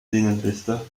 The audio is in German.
linienrichter